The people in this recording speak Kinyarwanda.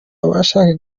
ubashe